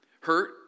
Hurt